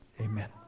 amen